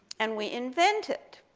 and we invented.